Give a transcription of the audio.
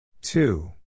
two